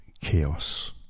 chaos